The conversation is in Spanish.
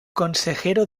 consejero